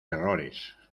errores